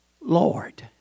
Lord